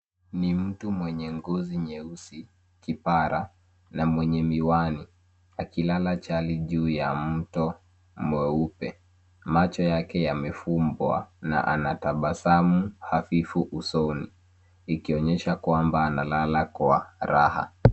Ni mtu mwenye ngozi nyeusi kipara na mwenye miwani akilala chali juu ya mto mweupe macho yake yamefumbwa na anatabasamu hafifu usoni ikonyesha kwamba analala kwa raha